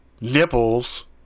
nipples